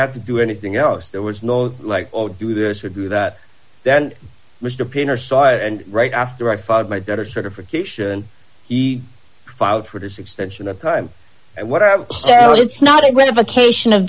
had to do anything else there was no like oh do this or do that then mr painter saw it and right after i filed my daughter certification he filed for his extension of time and whatever it's not a great occasion of